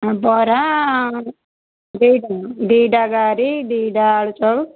ବରା ଦେଇ ଦେବ ଦୁଇଟା ଗାରି ଦୁଇଟା ଆଳୁଚପ୍